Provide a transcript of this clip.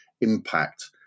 impact